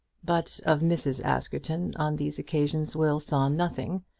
but of mrs. askerton on these occasions will saw nothing,